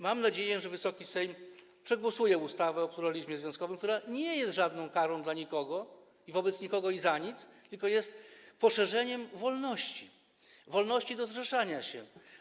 Mam nadzieję, że Wysoki Sejm przegłosuje ustawę o pluralizmie związkowym, która nie jest żadną karą dla nikogo, wobec nikogo ani za coś, tylko jest poszerzeniem wolności, wolności zrzeszania się.